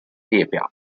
列表